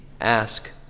ask